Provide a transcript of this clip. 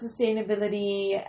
sustainability